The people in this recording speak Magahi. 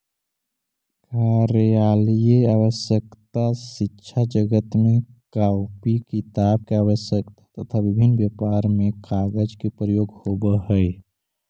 कार्यालयीय आवश्यकता, शिक्षाजगत में कॉपी किताब के आवश्यकता, तथा विभिन्न व्यापार में कागज के प्रयोग होवऽ हई